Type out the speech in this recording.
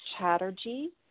Chatterjee